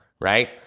right